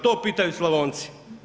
To pitaju Slavonci.